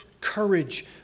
courage